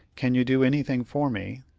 can you do anything for me?